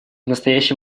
настоящий